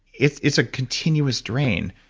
it's it's a continuous drain.